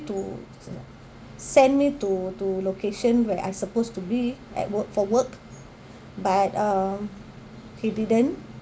to send me to to location where I supposed to be at work for work but uh he didn't